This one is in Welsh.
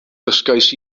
dysgais